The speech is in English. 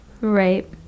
Right